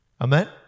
Amen